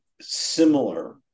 similar